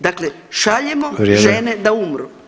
Dakle, šaljemo žene da umru.